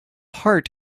heart